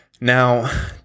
Now